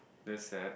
that's sad